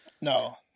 No